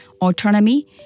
autonomy